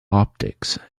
optics